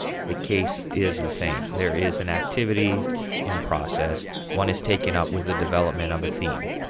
the case is the same. there is an activity in process one is taken up with the development of a theme.